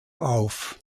auf